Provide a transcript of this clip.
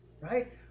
right